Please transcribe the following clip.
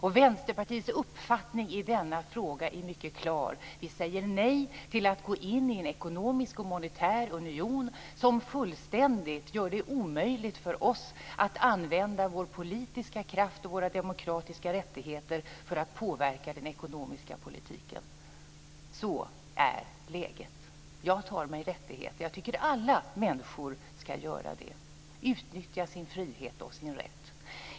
Vänsterpartiets uppfattning i denna fråga är mycket klar. Vi säger nej till att gå in i en ekonomisk och monetär union som gör det fullständigt omöjligt för oss att använda vår politiska kraft och våra demokratiska rättigheter för att påverka den ekonomiska politiken. Sådant är läget. Jag tar mig den här rättigheten, och jag tycker att alla människor ska utnyttja sin frihet och sin rätt.